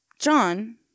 john